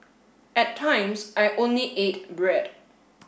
at times I only ate bread